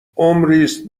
ﻋﻤﺮﯾﺴﺖ